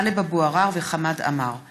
טלב אבו עראר וחמד עמאר בנושא: